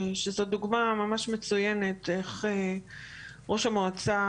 שזו דוגמה ממש מצוינת איך ראש המועצה